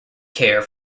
care